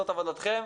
זאת עבודתכם.